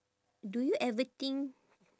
do you ever think